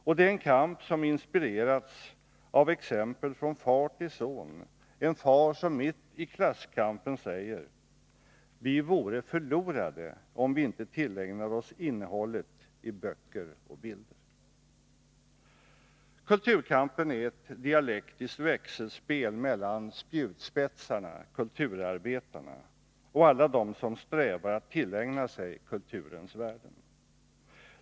Och det är en kamp som inspirerats av exempel från far till son, en far som mitt i klasskampen säger: Vi vore förlorade, om vi inte tillägnade oss innehållet i böcker och bilder. Kulturkampen är ett dialektiskt växelspel mellan spjutspetsarna, kulturarbetarna och alla demi som strävar efter att tillägna sig kulturens värden.